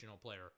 player